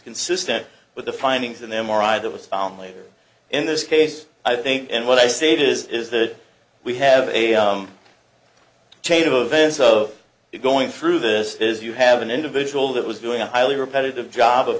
consistent with the findings in m r i that was found later in this case i think and what i stated is that we have a chain of events of going through this is you have an individual that was doing a highly repetitive job of